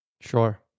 Sure